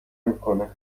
میکنه